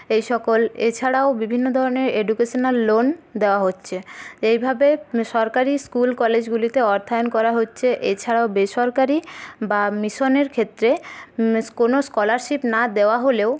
এই সকল এছাড়াও বিভিন্ন ধরনের এডুকেশনাল লোন দেওয়া হচ্ছে এইভাবে সরকারি স্কুল কলেজগুলিতে অর্থায়ন করা হচ্ছে এছাড়াও বেসরকারি বা মিশনের ক্ষেত্রে কোন স্কলারশিপ না দেওয়া হলেও